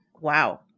Wow